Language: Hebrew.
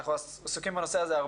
אנחנו עוסקים הרבה בנושא הזה.